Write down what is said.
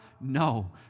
No